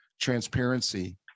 transparency